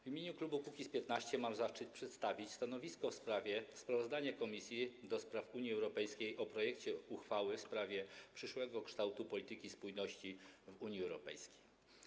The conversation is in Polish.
W imieniu klubu Kukiz’15 mam zaszczyt przedstawić stanowisko w sprawie sprawozdania Komisji do Spraw Unii Europejskiej o komisyjnym projekcie uchwały w sprawie przyszłego kształtu polityki spójności w Unii Europejskiej.